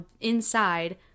inside